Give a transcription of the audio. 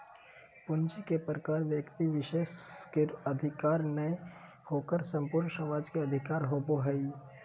पूंजी के प्रकार व्यक्ति विशेष के अधिकार नय होकर संपूर्ण समाज के अधिकार होबो हइ